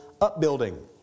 upbuilding